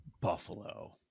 Buffalo